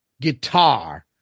guitar